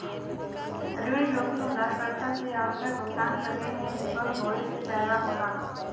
ऋण जोखिम उधारकर्ता से आवश्यक भुगतान करे में विफल होये से पैदा होला